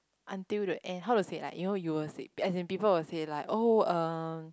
until the end how to say like you know you will say as in people will say like oh um